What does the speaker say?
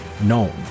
known